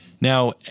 now